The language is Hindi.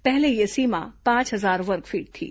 पहले यह सीमा पांच हजार वर्गफीट थी